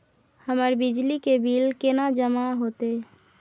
हमर बिजली के बिल केना जमा होते?